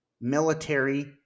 military